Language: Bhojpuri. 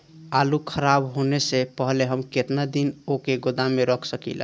आलूखराब होने से पहले हम केतना दिन वोके गोदाम में रख सकिला?